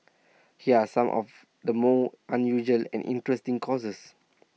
here are some of the more unusual and interesting courses